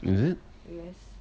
is it